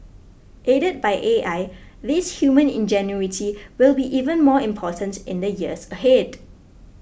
aided by A I this human ingenuity will be even more important in the years ahead